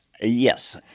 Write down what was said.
Yes